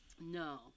No